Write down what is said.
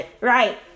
right